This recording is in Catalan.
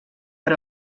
per